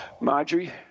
Marjorie